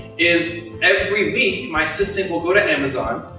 is every week, my assistant will go to amazon,